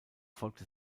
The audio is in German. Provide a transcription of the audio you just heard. folgte